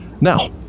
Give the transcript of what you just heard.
now